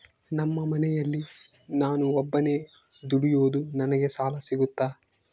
ನಮ್ಮ ಮನೆಯಲ್ಲಿ ನಾನು ಒಬ್ಬನೇ ದುಡಿಯೋದು ನನಗೆ ಸಾಲ ಸಿಗುತ್ತಾ?